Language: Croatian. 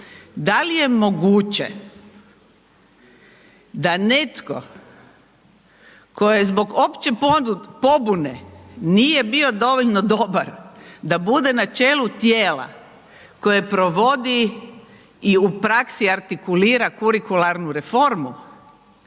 Da li je moguće da netko tko je zbog opće pobune, nije bio dovoljno dobar da bude na čelu tijela koje provodi i u praksi artikulira kurikularnu reformu